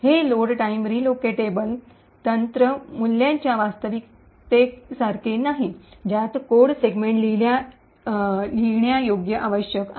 हे load time relocatable तंत्र मूल्याच्या वास्तविकतेसारखे नाही ज्यात कोड सेगमेंट लिहिण्या योग्य आवश्यक आहे